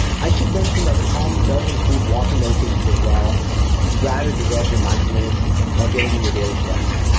i should mention that calm does include walking meditations as well if you'd rather develop your mindfulness while getting in your daily steps.